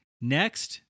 Next